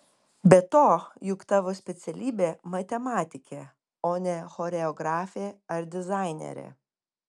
be to juk tavo specialybė matematikė o ne choreografė ar dizainerė